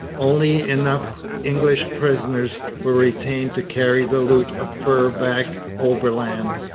only enough english prisoners were retained to carry the loot of furs back overland.